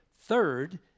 Third